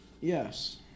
Yes